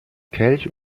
kelch